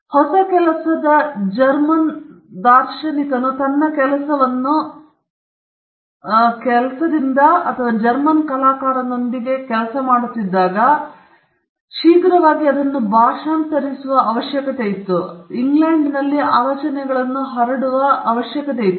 ಆದ್ದರಿಂದ ಹೊಸ ಕೆಲಸದ ಜರ್ಮನ್ ದಾರ್ಶನಿಕನು ತನ್ನ ಕೆಲಸದಿಂದ ಅಥವಾ ಜರ್ಮನ್ ಕಲಾಕಾರರೊಂದಿಗೆ ಕೆಲಸ ಮಾಡುತ್ತಿದ್ದಾಗ ಶೀಘ್ರವಾಗಿ ಜನರನ್ನು ಭಾಷಾಂತರಿಸುವ ಮತ್ತು ಇಂಗ್ಲೆಂಡ್ನಲ್ಲಿ ಹರಡುವ ಆಲೋಚನೆಗಳನ್ನು ನೀವು ಕಂಡುಕೊಂಡಿದ್ದೀರಿ